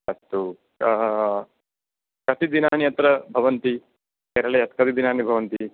अस्तु कति दिनानि अत्र भवन्ति केरले कति दिनानि भवन्ति